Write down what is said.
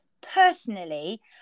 Personally